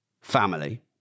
family